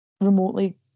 remotely